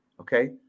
okay